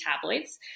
tabloids